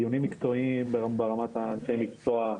דיונים מקצועיים ברמת אנשי המקצוע?